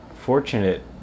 fortunate